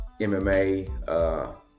MMA